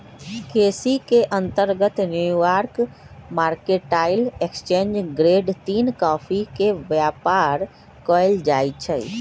केसी के अंतर्गत New York mercantile exchange grade तीन कॉफी के व्यापार कएल जाइ छइ